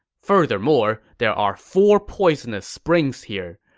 furthermore, there are four poisonous springs here.